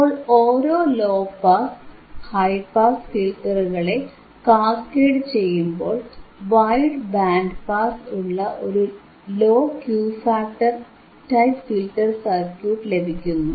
അപ്പോൾ ഓരോ low pass high pass ഫിൽറ്ററുകളെ low pass high pass filter cascade ചെയ്യുമ്പോൾ വൈഡ് ബാൻഡ് പാസ് ഉള്ള ഒരു low Q factor type filter circuit ലഭിക്കുന്നു